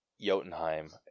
Jotunheim